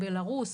בלארוס,